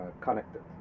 connected